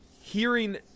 hearing